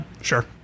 Sure